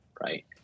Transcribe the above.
right